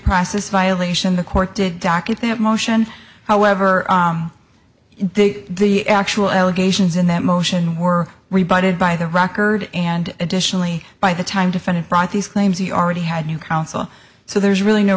process violation the court did docket that motion however in the actual allegations in that motion were rebutted by the record and additionally by the time defendant brought these claims he already had new counsel so there's really no